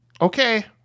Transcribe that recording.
Okay